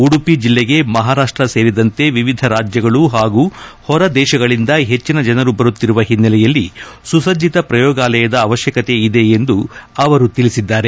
ಉಡುಪಿ ಜಿಲ್ಲೆಗೆ ಮಹಾರಾಷ್ಟ್ ಸೇರಿದಂತೆ ವಿವಿಧ ರಾಜ್ಯಗಳು ಹಾಗೂ ಹೊರ ದೇಶಗಳಿಂದ ಹೆಚ್ಚಿನ ಜನರು ಬರುತ್ತಿರುವ ಹಿನ್ನೆಲೆಯಲ್ಲಿ ಸುಸಜ್ಜಿತ ಪ್ರಯೋಗಾಲಯದ ಅವಶ್ಯಕತೆ ಇದೆ ಎಂದು ಅವರು ತಿಳಿಸಿದ್ದಾರೆ